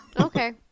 Okay